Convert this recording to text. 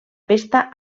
pesta